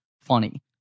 funny